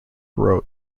wrote